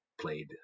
played